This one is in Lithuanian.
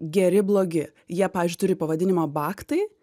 geri blogi jie pavyzdžiui turi pavadinimą bagtai